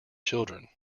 children